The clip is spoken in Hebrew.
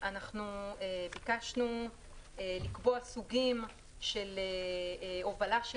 אנחנו ביקשנו לקבוע סוגים של הובלה של